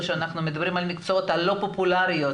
או שאנחנו מדברים על המקצועות הלא פופולריים,